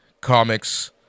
comics